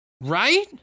right